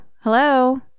Hello